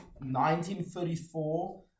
1934